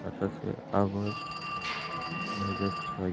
সাতাশে আগস্ট দুহাজার ছয়